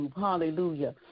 hallelujah